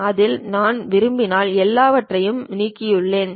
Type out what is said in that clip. இதில் நான் விரும்பினால் எல்லாவற்றையும் நீக்கியுள்ளேன்